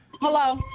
Hello